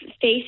face